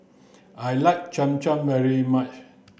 I like Cham Cham very much